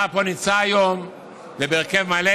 אתה פה נמצא היום בהרכב מלא,